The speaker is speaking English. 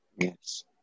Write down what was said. Yes